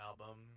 album